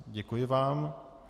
Děkuji vám.